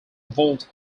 vault